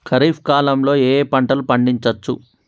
ఖరీఫ్ కాలంలో ఏ ఏ పంటలు పండించచ్చు?